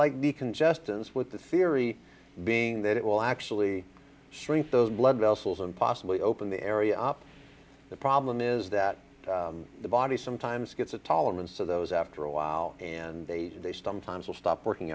like decongestants with the theory being that it will actually shrink those blood vessels and possibly open the area up the problem is that the body sometimes gets a tolerance to those after a while and they age based on times will stop working